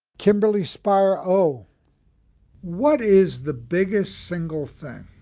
kimberly spire-oh what is the biggest single thing